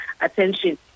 attention